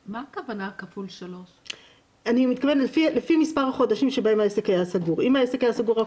כל מה שאנחנו מעבירים פה היום זה הוראת שעה עד